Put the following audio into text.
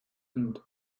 and